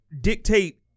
dictate